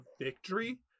victory